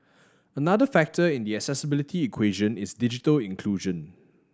another factor in the accessibility equation is digital inclusion